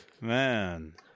Man